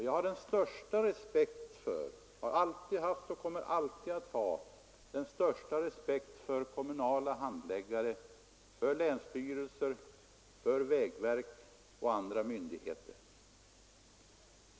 Jag har alltid haft och kommer alltid att ha den största respekt för kommunala handläggare, länsstyrelser, vägverk och andra myndigheter.